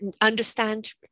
understand